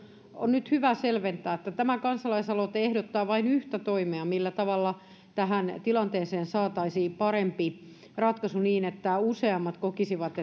on nyt hyvä selventää että tämä kansalaisaloite ehdottaa vain yhtä toimea millä tavalla tilanteeseen saataisiin parempi ratkaisu niin että useammat kokisivat